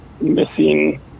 missing